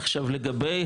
עכשיו לגבי